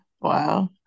Wow